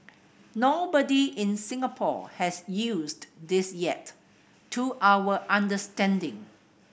nobody in Singapore has used this yet to our understanding